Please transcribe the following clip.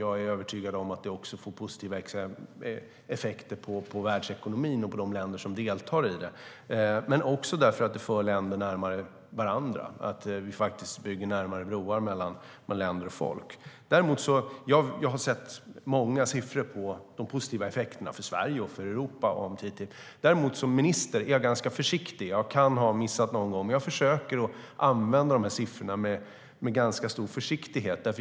Jag är övertygad om att den också ger positiva effekter på världsekonomin och för de länder som deltar i den. Den för även länder närmare varandra och bygger broar mellan länder och folk. Jag har sett många siffror på de positiva effekterna av TTIP för Sverige och Europa. Som minister försöker jag dock använda siffrorna med ganska stor försiktighet.